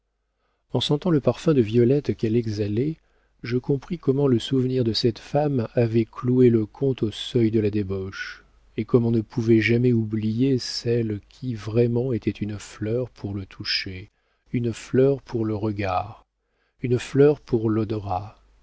en sentant le parfum de violette qu'elle exhalait je compris comment le souvenir de cette femme avait cloué le comte au seuil de la débauche et comme on ne pouvait jamais oublier celle qui vraiment était une fleur pour le toucher une fleur pour le regard une fleur pour l'odorat